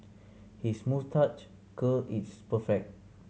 his moustache curl is perfect